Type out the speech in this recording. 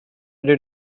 did